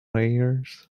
layers